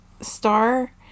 Star